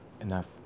enough